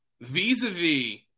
vis-a-vis